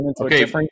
Okay